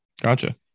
gotcha